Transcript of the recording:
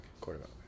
Quarterback